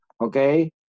okay